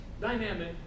dynamic